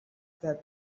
that